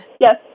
Yes